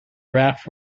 raft